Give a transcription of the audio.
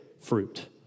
fruit